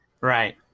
Right